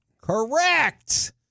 Correct